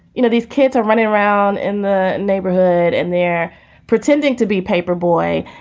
you know, these kids are running around in the neighborhood and they're pretending to be paper boy.